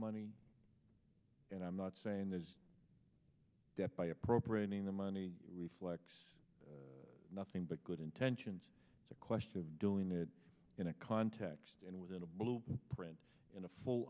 money and i'm not saying this that by appropriating the money reflects nothing but good intentions it's a question of doing it in a context and within a blueprint in a full